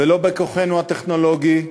ולא כוחנו הטכנולוגי,